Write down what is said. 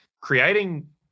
creating